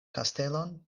kastelon